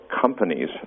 companies